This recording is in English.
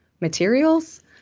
materials